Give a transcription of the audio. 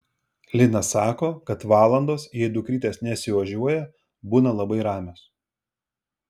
lina sako kad valandos jei dukrytės nesiožiuoja būna labai ramios